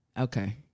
Okay